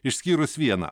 išskyrus vieną